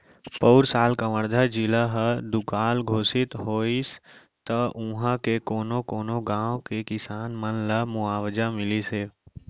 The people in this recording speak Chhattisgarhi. पउर साल कवर्धा जिला ह दुकाल घोसित होइस त उहॉं के कोनो कोनो गॉंव के किसान मन ल मुवावजा मिलिस हे